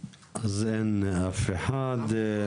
אין אף אחד.